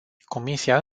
comisia